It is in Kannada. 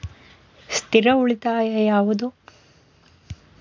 ಸ್ಥಿರ ಉಳಿತಾಯ ಯಾವುದು?